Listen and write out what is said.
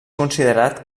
considerat